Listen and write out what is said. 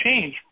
change